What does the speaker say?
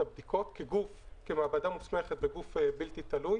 הבדיקות כמעבדה מוסמכת בגוף בלתי תלוי